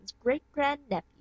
great-grand-nephew